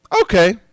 okay